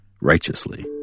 righteously